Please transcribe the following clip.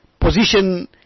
position